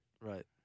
Right